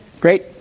Great